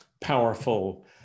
powerful